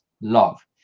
love